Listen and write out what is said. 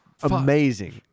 amazing